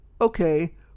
okay